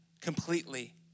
completely